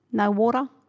no water,